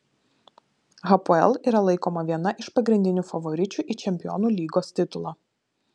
hapoel yra laikoma viena iš pagrindinių favoričių į čempionų lygos titulą